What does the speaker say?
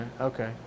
okay